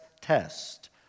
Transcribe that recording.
test